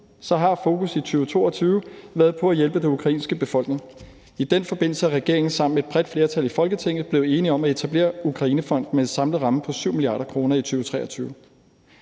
har fokus i 2022 været på at hjælpe den ukrainske befolkning. I den forbindelse er regeringen sammen med et bredt flertal i Folketinget blevet enige om at etablere Ukrainefonden med en samlet ramme på 7 mia. kr. i 2023.